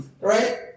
right